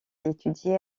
étudié